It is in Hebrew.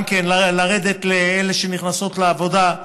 גם כן, לרדת לאלה שנכנסות לעבודה,